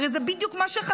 הרי זה בדיוק מה שחסר,